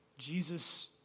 Jesus